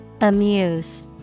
Amuse